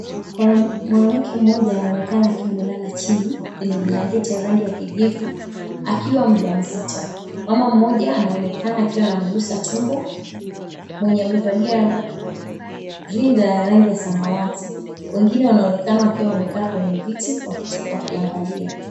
Kuna mwanamke mmoja anaonekana akiwa amelala chini kwenye blanketi ya rangi ya kijivu akiwa mjamzito. Mama mmoja anaonekana akiwa anamgusa tumbo mwenye amevalia rinda ya rangi ya samawati, wengine wanaonekana wamekaa kwenye viti wakiangalia.